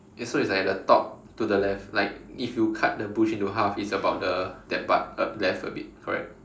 so it's like at the top to the left like if you cut the bush into half it's about the that part uh left a bit correct